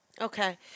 Okay